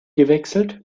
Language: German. gewechselt